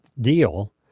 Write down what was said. deal